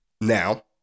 Now